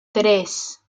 tres